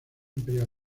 imperial